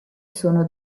sono